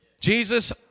Jesus